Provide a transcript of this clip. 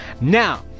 now